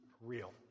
real